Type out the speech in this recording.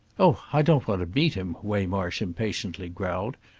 oh i don't want to meet him, waymarsh impatiently growled.